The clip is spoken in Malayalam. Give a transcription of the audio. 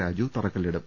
രാജു തറക്കല്ലിടും